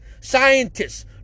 scientists